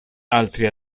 altri